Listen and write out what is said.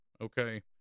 okay